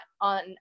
on